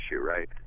right